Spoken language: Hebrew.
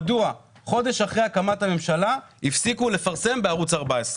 מדוע חודש אחרי הקמת הממשלה הפסיקו לפרסם בערוץ 14?